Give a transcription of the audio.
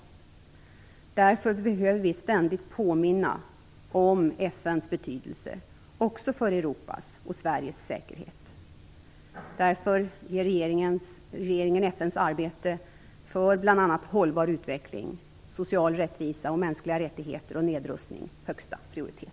Därför behöver vi ständigt påminna om FN:s betydelse också för Europas och Sveriges säkerhet. Därför ger regeringen FN:s arbete för bl.a. hållbar utveckling, social rättvisa, mänskliga rättigheter och nedrustning högsta prioritet.